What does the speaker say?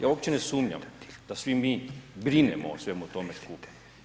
Ja uopće ne sumnjam da svi mi brinemo o svemu tome skupa.